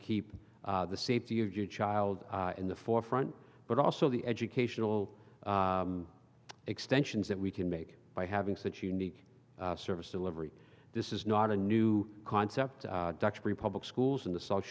keep the safety of your child in the forefront but also the educational extensions that we can make by having such unique service delivery this is not a new concept duxbury public schools in the south